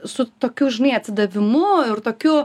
su tokiu žinai atsidavimu ir tokiu